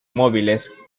móviles